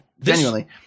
genuinely